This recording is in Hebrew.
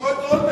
כמו את אולמרט.